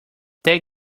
that